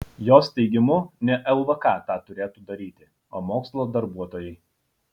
jos teigimu ne lvk tą turėtų daryti o mokslo darbuotojai